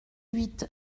huit